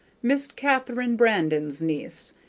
miss katharine brandon's niece,